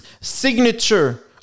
signature